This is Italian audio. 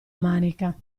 manica